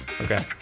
Okay